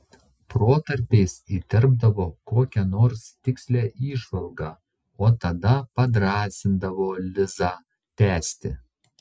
protarpiais įterpdavo kokią nors tikslią įžvalgą o tada padrąsindavo lizą tęsti